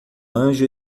anjo